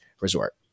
Resort